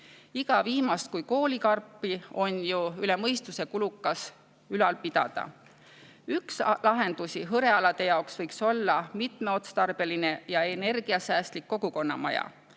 Iga viimast kui koolikarpi on ju üle mõistuse kulukas ülal pidada. Üks lahendusi hõrealade jaoks võiks olla mitmeotstarbeline ja energiasäästlik kogukonnamaja,